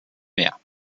mehr